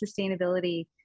sustainability